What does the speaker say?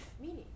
meaning